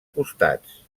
costats